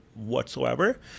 whatsoever